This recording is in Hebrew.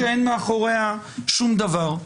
כשאין מאחוריה שום דבר.